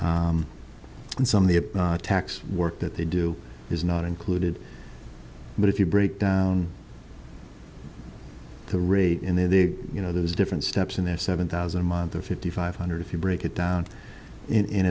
and some of the tax work that they do is not included but if you break down the rate in there you know there's different steps in there seven thousand a month or fifty five hundred if you break it down and i